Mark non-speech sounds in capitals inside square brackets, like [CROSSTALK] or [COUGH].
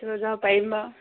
[UNINTELLIGIBLE] যাব পাৰিম বাৰু